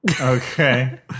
Okay